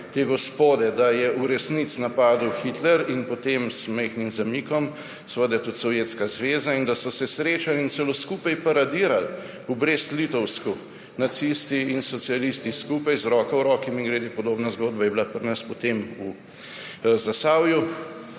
te gospode, da je v resnici napadel Hitler in potem z majhnim zamikom tudi Sovjetska zveza in da so se srečali in celo skupaj paradirali v Brest-Litovsku nacisti in socialisti, skupaj z roko v roki – mimogrede, podobna zgodba je bila pri nas potem v Zasavju.